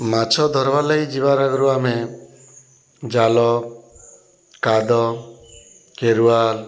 ମାଛ ଧର୍ବାର୍ ଲାଗି ଯିବାର୍ ଆଗରୁ ଆମେ ଜାଲ କାଦ କେରୁଆଲ୍